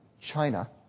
China